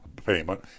Payment